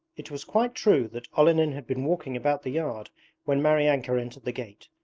it was quite true that olenin had been walking about the yard when maryanka entered the gate,